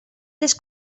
les